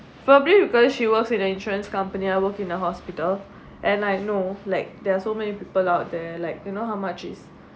probably because she was in the insurance company I work in a hospital and I know like there are so many people out there like you know how much is